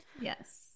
Yes